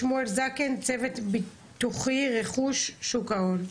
שמואל זקן, צוות ביטוחי רכוש שוק ההון.